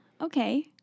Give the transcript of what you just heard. okay